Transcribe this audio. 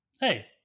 Hey